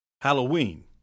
Halloween